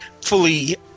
fully